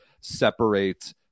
separate